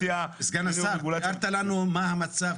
תיארת לנו מה המצב,